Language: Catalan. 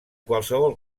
qualsevol